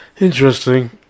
interesting